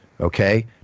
Okay